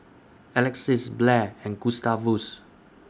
Alexys Blair and Gustavus